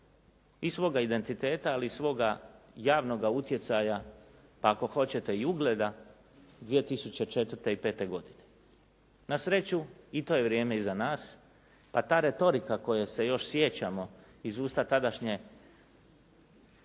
i svoga identiteta ali i svoga javnoga utjecaja pa ako hoćete i ugleda 2004. i 2005. godine. Na sreću i to je vrijeme iza nas pa ta retorika koje se još sjećamo iz usta tadašnje